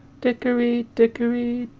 dickery, dickery,